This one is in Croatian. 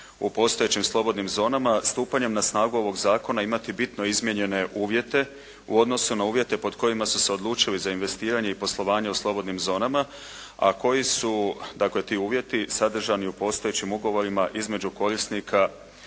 u postojećim slobodnim zonama stupanjem na snagu ovog zakona imati bitno izmijenjene uvjete u odnosu na uvjete pod kojima su se odlučili za investiranje i poslovanje u slobodnim zonama, a koji su dakle ti uvjeti sadržani u postojećim ugovorima između korisnika